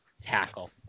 tackle